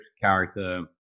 character